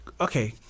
Okay